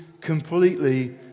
completely